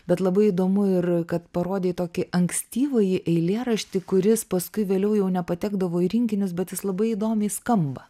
bet labai įdomu ir kad parodei tokį ankstyvąjį eilėraštį kuris paskui vėliau jau nepatekdavo į rinkinius bet jis labai įdomiai skamba